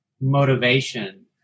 motivation